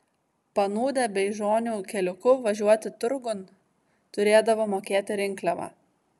panūdę beižonių keliuku važiuoti turgun turėdavo mokėti rinkliavą